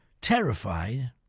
Terrified